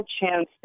chance